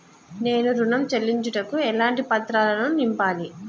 నేను ఋణం చెల్లించుటకు ఎలాంటి పత్రాలను నింపాలి?